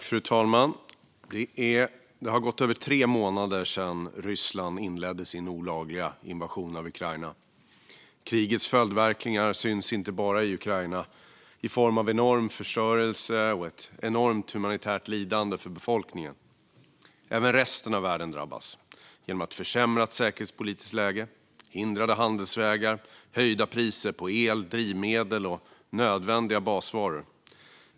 Fru talman! Det har gått över tre månader sedan Ryssland inledde sin olagliga invasion av Ukraina. Krigets följdverkningar syns inte bara i Ukraina i form av enorm förstörelse och ett enormt humanitärt lidande för befolkningen. Även resten av världen drabbas genom ett försämrat säkerhetspolitiskt läge, hindrade handelsvägar och höjda priser på el, drivmedel och nödvändiga basvaror.